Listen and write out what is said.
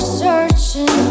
searching